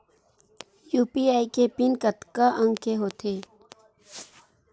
UPI के PIN कतका अंक के होथे?